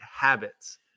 habits